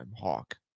Hawk